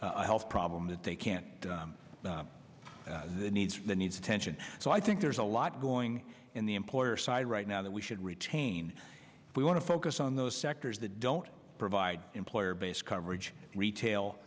health problem that they can't the needs that needs attention so i think there's a lot going in the employer side right now that we should retain we want to focus on those sectors that don't provide employer based coverage retail